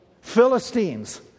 Philistines